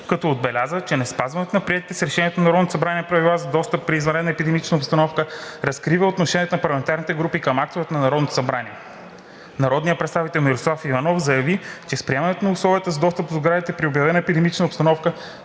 като отбеляза, че неспазването на приетите с Решението на Народното събрание правила за достъп при извънредна епидемична обстановка разкрива отношението на парламентарните групи към актовете на Народното събрание. Народният представител Мирослав Иванов заяви, че с приемането на условия за достъп до сградите при обявена епидемична обстановка